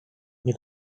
you